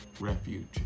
Refuge